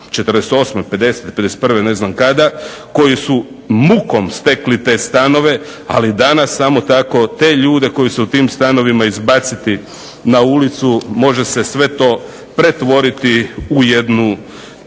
48., 50., 51. ne znam kada koji su mukom stekli te stanove ali danas samo tako te ljude koji su u tim stanovima izbaciti na ulicu može se sve to pretvoriti u jednu